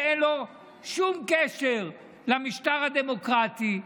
שאין לו שום קשר למשטר הדמוקרטי,